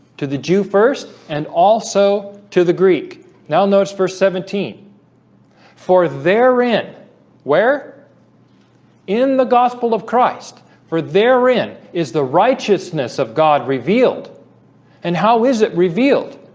to the jew first and also to the greek now notice verse seventeen for therein we're in the gospel of christ for therein is the righteousness of god revealed and how is it revealed?